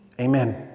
Amen